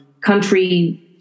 country